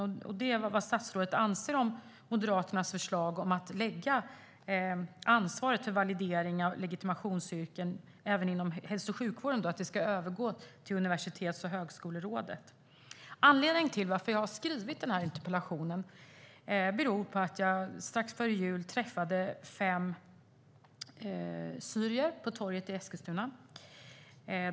Vad anser statsrådet om Moderaternas förslag om att ansvaret för validering av legitimationsyrken även inom hälso och sjukvården ska övergå till Universitets och högskolerådet? Anledningen till min interpellation är att jag strax före jul träffade fem syrier på torget i Eskilstuna.